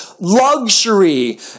luxury